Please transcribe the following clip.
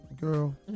girl